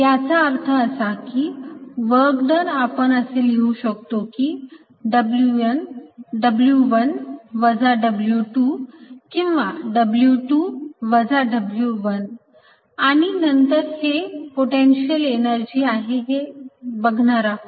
याचा अर्थ असा की वर्क डन आपण असे लिहू शकतो की W1 वजा W2 किंवा W2 वजा W1 आणि नंतर आपण हे पोटेन्शिअल एनर्जी आहे हे बघणार आहोत